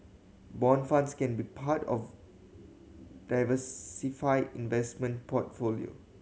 bond funds can be part of diversified investment portfolio